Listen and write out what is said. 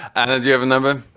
and do you have a number?